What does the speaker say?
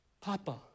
Papa